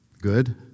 Good